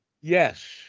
Yes